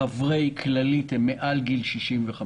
מחברי כללית הם מעל גיל 65,